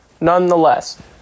nonetheless